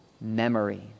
memory